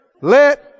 Let